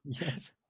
Yes